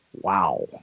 Wow